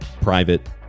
private